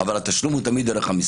אבל התשלום הוא תמיד דרך המשרד.